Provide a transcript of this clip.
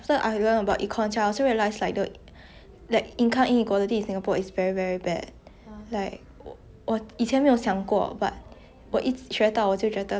wo 以前没有想过 but 我一学到我就觉得 like I I think I'm quite fortunate to be somewhere in the middle like 不是很穷 but 也不是很有钱 but then like